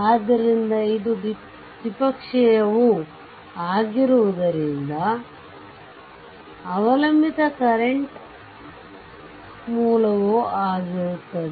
ಆದ್ದರಿಂದ ಇದು ದ್ವಿಪಕ್ಷೀಯವೂ ಆಗಿರುವುದರಿಂದ ಅವಲಂಬಿತ ಕರೆಂಟ್ ಮೂಲವೂ ಆಗಿರುತ್ತದೆ